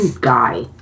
Guy